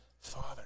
Father